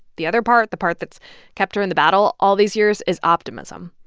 the other part the part, that's kept her in the battle all these years, is optimism.